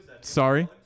sorry